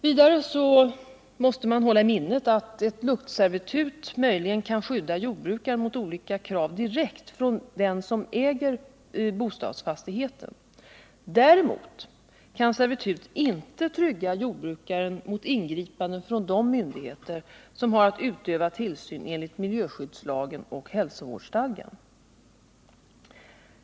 Vidare måste man hålla i minnet att ett luktservitut möjligen kan skydda jordbrukaren mot olika krav direkt från den som äger bostadsfastigheten. Däremot kan servitutet inte trygga jordbrukaren mot ingripanden från de myndigheter som har att utöva tillsyn enligt miljöskyddslagen och hälsovårdsstadgan.